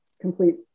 complete